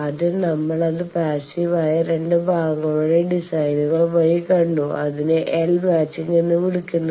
ആദ്യം നമ്മൾ അത് പാസീവ് ആയ രണ്ട് ഭാഗങ്ങളുടെ ഡിസൈനുകൾ വഴി കണ്ടു അതിനെ എൽ മാച്ചിംഗ് എന്ന് വിളിക്കുന്നു